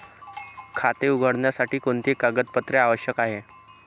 खाते उघडण्यासाठी कोणती कागदपत्रे आवश्यक आहे?